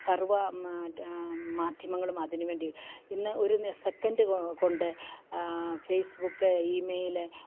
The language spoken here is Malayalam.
സർവ മാധ്യമങ്ങളും അതിന് വേണ്ടി ഇന്ന് ഒരു സെക്കൻഡ് കൊണ്ട് ഫേസ്ബുക്ക് ഇമെയില്